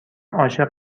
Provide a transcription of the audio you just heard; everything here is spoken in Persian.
عاشق